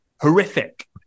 horrific